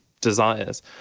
desires